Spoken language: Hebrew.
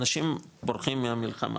אנשים בורחים מהמלחמה,